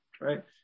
right